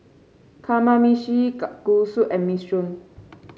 Kamameshi Kalguksu and Minestrone